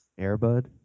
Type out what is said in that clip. Airbud